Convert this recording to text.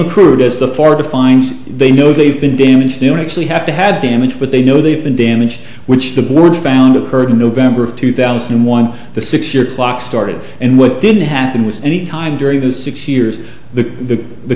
accrued is the form of the fines they know they've been damaged in actually have to have damage but they know they've been damaged which the board found occurred in november of two thousand and one the six year clock started and what didn't happen was any time during those six years the